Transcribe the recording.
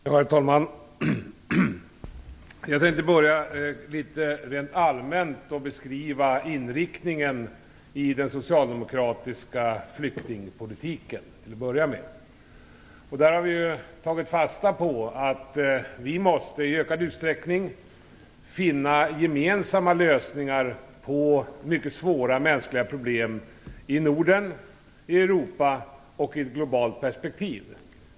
Herr talman! Jag tänker till att börja med rent allmänt beskriva inriktningen i den socialdemokratiska flyktingpolitiken. Den har tagit fasta på att vi i ökad utsträckning måste finna gemensamma lösningar på mycket svåra mänskliga problem i Norden, i Europa och i ett globalt perspektiv.